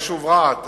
ביישוב רהט,